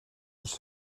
els